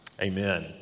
Amen